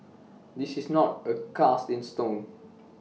this is not A cast in stone